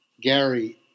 Gary